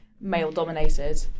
male-dominated